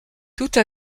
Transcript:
toute